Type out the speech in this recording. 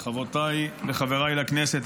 חברותיי וחבריי לכנסת,